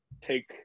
take